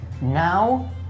Now